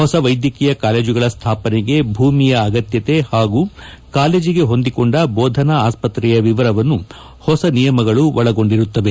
ಹೊಸ ವೈದ್ಯಕೀಯ ಕಾಲೇಜುಗಳ ಸ್ಥಾಪನೆಗೆ ಭೂಮಿಯ ಅಗತ್ತತೆ ಹಾಗೂ ಕಾಲೇಜಿಗೆ ಹೊಂದಿಕೊಂಡ ಬೋಧನಾ ಆಸ್ಪತ್ರೆಯ ವಿವರವನ್ನು ಹೊಸ ನಿಯಮಗಳು ಒಳಗೊಂಡಿರುತ್ತವೆ